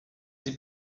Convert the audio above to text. sie